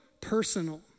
personal